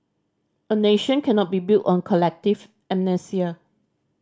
a nation cannot be built on collective amnesia